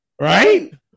Right